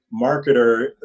marketer